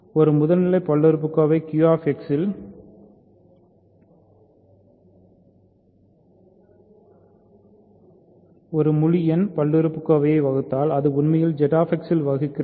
ஒரு முதல்நிலை பல்லுறுப்புக்கோவை QX இல் ஒரு முழு எண் பல்லுறுப்புக்கோவை வகுத்தால் அது உண்மையில் ZX இல் வகுக்கிறது